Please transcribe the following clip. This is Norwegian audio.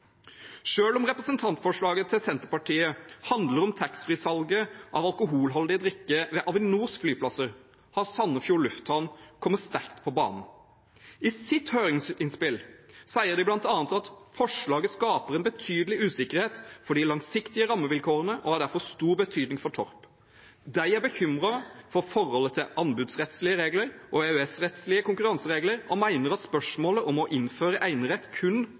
Selv om representantforslaget fra Senterpartiet handler om taxfree-salget av alkoholholdige drikker ved Avinors flyplasser, har Sandefjord lufthavn, Torp kommet sterkt på banen. I sitt høringsinnspill sier de bl.a. at forslaget skaper en betydelig usikkerhet for de langsiktige rammevilkårene og har derfor stor betydning for Torp. De er bekymret for forholdet til anbudsrettslige regler og EØS-rettslige konkurranseregler og mener at spørsmålet om å innføre enerett kun